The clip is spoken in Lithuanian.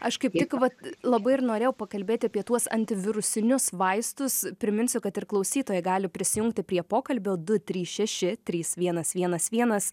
aš kaip tik vat labai ir norėjau pakalbėti apie tuos antivirusinius vaistus priminsiu kad ir klausytojai gali prisijungti prie pokalbio du trys šeši trys vienas vienas vienas